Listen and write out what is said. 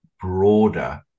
broader